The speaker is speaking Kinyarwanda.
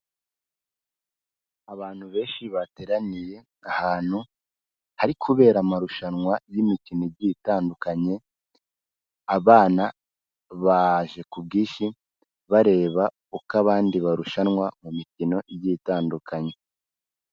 Abantu benshi bateraniye ahantu hari kubera amarushanwa y'imikino igiye itandukanye, abana baje ku bwinshi bareba uko abandi barushanwa mu mikino igiye itandukanye.